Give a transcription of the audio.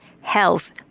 health